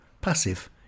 passive